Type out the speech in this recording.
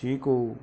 ਚੀਕੂ